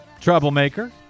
troublemaker